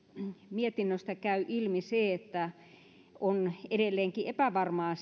mietinnöstäkin käy ilmi että on edelleenkin epävarmaa